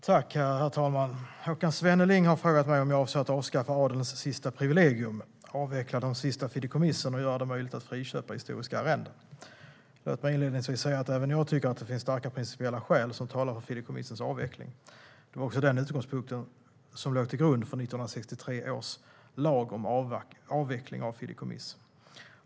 Herr talman! Håkan Svenneling har frågat mig om jag avser att avskaffa adelns sista privilegium, avveckla de sista fideikommissen och göra det möjligt att friköpa historiska arrenden. Låt mig inledningsvis säga att även jag tycker att det finns starka principiella skäl som talar för fideikommissens avveckling. Det var också den utgångspunkten som låg till grund för 1963 års lag om avveckling av fideikommiss.